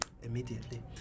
Immediately